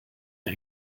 ein